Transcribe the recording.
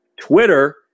twitter